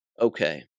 Okay